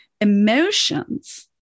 Emotions